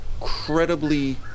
incredibly